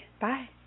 Bye